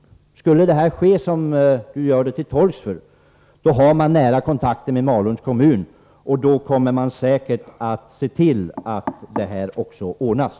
Skulle det ske som han gör sig till tolk för, då har man nära kontakter med Malungs kommun, och då kommer man säkert att se till att detta ordnas.